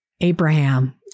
Abraham